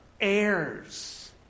heirs